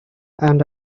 and